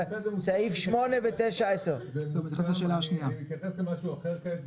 סעיפים 8-10. אני מתייחס למשהו אחר כעת,